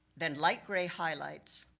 then light gray highlights.